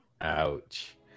ouch